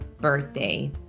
birthday